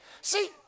See